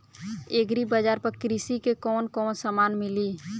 Agri बाजार पर कृषि के कवन कवन समान मिली?